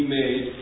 made